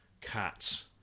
cats